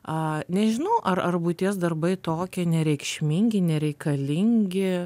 a nežinau ar ar buities darbai tokie nereikšmingi nereikalingi